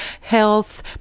health